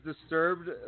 disturbed